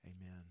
Amen